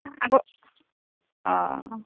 আকৌ অঁ